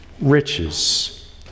riches